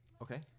Okay